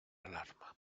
alarma